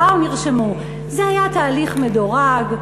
באו, נרשמו, זה היה תהליך מדורג.